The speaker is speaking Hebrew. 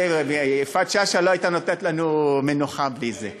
זה, יפעת שאשא לא הייתה נותנת לנו מנוחה בלי זה.